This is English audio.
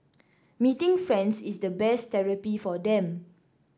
meeting friends is the best therapy for them